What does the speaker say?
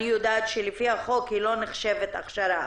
אני יודעת שלפי החוק היא לא נחשבת הכשרה,